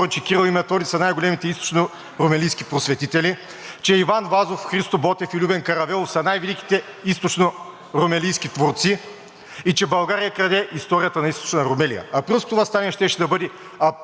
източнорумелийски творци и че България краде историята на Източна Румелия. Априлското въстание щеше да бъде апотеозът на борбата на източнорумелийския народ. Този парадоксален, безсмислен